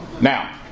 Now